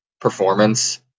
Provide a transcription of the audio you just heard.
performance